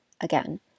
Again